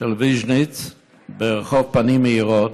של ויז'ניץ ברחוב פנים מאירות,